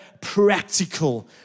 practical